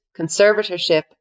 conservatorship